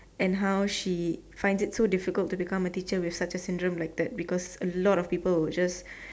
and how she find it so difficult to become a teacher with such a syndrome like that because a lot of people will just